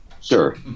Sure